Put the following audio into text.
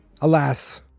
alas